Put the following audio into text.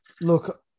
Look